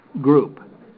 group